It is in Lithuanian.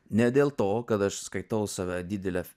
ne dėl to kad aš skaitau save didele